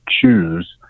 choose